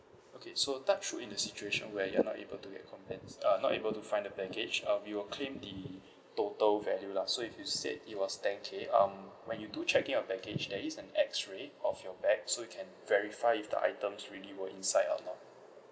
okay so touch wood in the situation where you're not able to get compens~ uh not able to find the baggage uh we will claim the total value lah so if you said it was ten K um when you do check in your baggage there is an X-ray of your bag so it can verify if the items really were inside or not